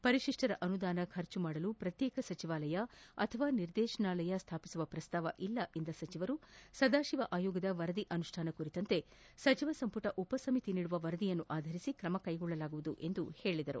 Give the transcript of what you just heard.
ಪರಿಶಿಷ್ವರ ಅನುದಾನ ಖರ್ಚು ಮಾಡಲು ಪ್ರತ್ಯೇಕ ಸಚಿವಾಲಯ ಅಥವಾ ನಿರ್ದೇಶನಾಲಯ ಸ್ವಾಪಿಸುವ ಪ್ರಸ್ತಾವ ಇಲ್ಲ ಎಂದ ಸಚಿವರು ಸದಾಶಿವ ಆಯೋಗದ ವರದಿ ಅನುಷ್ಠಾನ ಕುರಿತಂತೆ ಸಚಿವ ಸಂಪುಟ ಉಪಸಮಿತಿ ನೀಡುವ ವರದಿ ಆಧರಿಸಿ ಕ್ರಮ ಕೈಗೊಳ್ಳಲಾಗುವುದು ಎಂದು ಹೇಳಿದರು